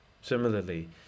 Similarly